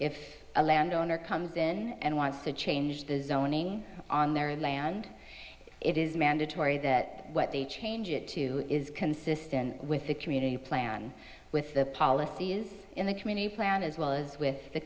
if a landowner comes in and wants to change the zoning on their land it is mandatory that what they change it to is consistent with the community plan with the policies in the community plan as well as with the